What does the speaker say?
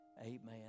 Amen